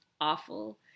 awful